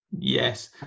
Yes